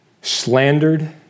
slandered